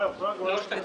1 אושר.